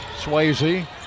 Swayze